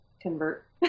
convert